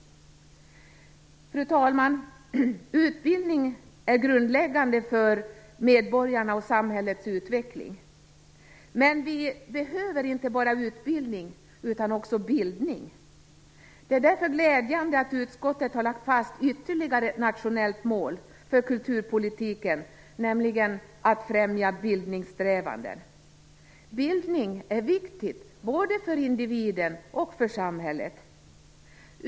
Fru talman! Utbildning är grundläggande för medborgarna och för samhällets utveckling. Men vi behöver inte bara utbildning utan också bildning. Det är därför glädjande att utskottet har lagt fast ytterligare ett nationellt mål för kulturpolitiken, nämligen att främja bildningssträvandena. Bildning är viktigt både för individen och för samhället.